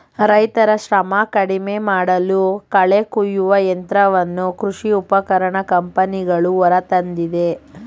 ರೈತರ ಶ್ರಮ ಕಡಿಮೆಮಾಡಲು ಕಳೆ ಕುಯ್ಯುವ ಯಂತ್ರವನ್ನು ಕೃಷಿ ಉಪಕರಣ ಕಂಪನಿಗಳು ಹೊರತಂದಿದೆ